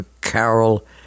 carol